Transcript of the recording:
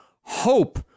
hope